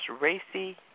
Racy